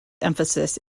emphasis